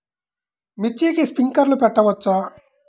మిర్చికి స్ప్రింక్లర్లు పెట్టవచ్చా?